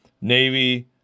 Navy